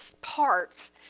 parts